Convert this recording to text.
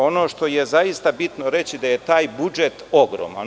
Ono što je zaista bitno reći da je taj budžet ogroman.